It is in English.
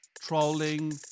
trolling